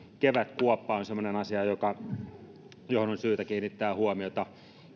kevätkuoppa on semmoinen asia johon on syytä kiinnittää huomiota